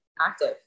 active